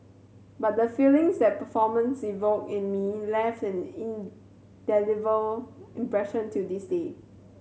but the feelings that performance evoked in me left an indelible impression till this day